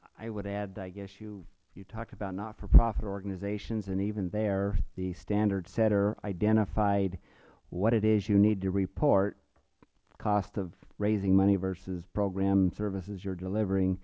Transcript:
i would add i guess you talked about not for profit organizations and even there the standard setter identified what it is you need to report cost of raising money versus program services you are delivering